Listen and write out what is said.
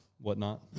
whatnot